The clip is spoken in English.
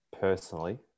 personally